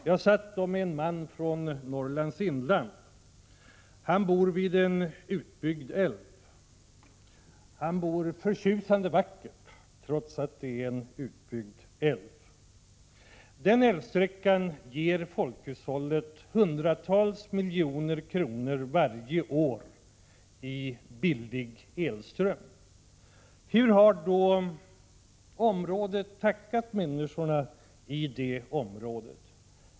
Jag satt tillsammans med en man från Norrlands inland. Han bor vid en utbyggd älv. Han bor förtjusande vackert trots att det är vid en utbyggd älv. Den älvsträckan ger folkhushållet hundratals miljoner kronor varje år i billig elström. Hur har då samhället tackat människorna i det området?